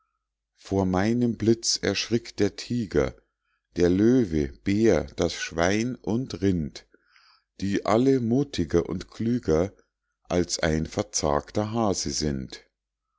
vor meinem blitz erschrickt der tiger der löwe bär das schwein und rind die alle muthiger und klüger als ein verzagter hase sind